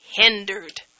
hindered